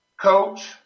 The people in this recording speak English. Coach